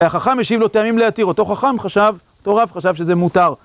החכם השיב לו טעמים להתיר, אותו חכם חשב, אותו רב חשב שזה מותר